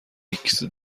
نیکز